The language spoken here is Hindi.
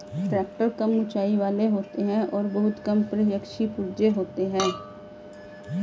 ट्रेक्टर बहुत कम ऊँचाई वाले होते हैं और बहुत कम प्रक्षेपी पुर्जे होते हैं